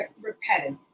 repetitive